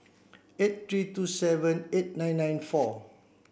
eight three two seven eight nine nine four